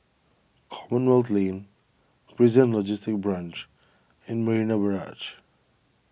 Commonwealth Lane Prison Logistic Branch and Marina Barrage